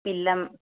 ପିଲାମ